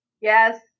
yes